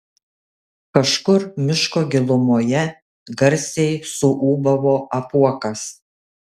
kažkur miško gilumoje garsiai suūbavo apuokas